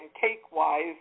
cake-wise